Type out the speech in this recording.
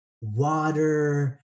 water